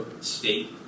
state